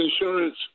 insurance